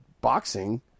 boxing